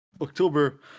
October